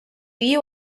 you